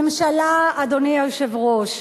ממשלה, אדוני היושב-ראש,